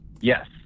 Yes